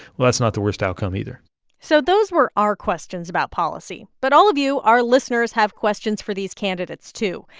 well, that's not the worst outcome, either so those were our questions about policy. but all of you, our listeners, have questions for these candidates, too,